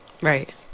Right